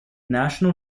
national